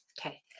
Okay